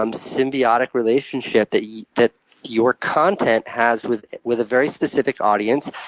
um symbiotic relationship that yeah that your content has with with a very specific audience,